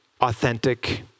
authentic